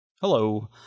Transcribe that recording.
Hello